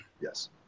Yes